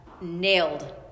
nailed